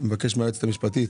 מבקשת מהיועצת המשפטית,